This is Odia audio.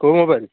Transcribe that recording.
କେଉଁ ମୋବାଇଲ